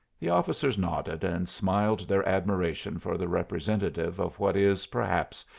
the officers nodded and smiled their admiration for the representative of what is, perhaps,